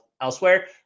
elsewhere